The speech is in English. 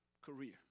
career